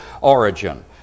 origin